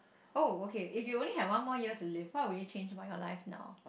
oh okay if you only had one more year to live what would you change about your life now